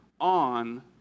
on